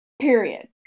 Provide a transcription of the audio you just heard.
Period